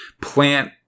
plant